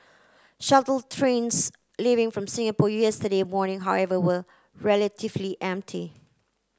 shuttle trains leaving from Singapore yesterday morning however were relatively empty